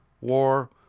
War